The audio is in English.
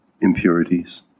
impurities